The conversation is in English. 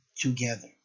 together